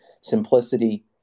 Simplicity